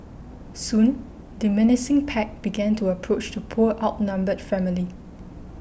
soon the menacing pack began to approach the poor outnumbered family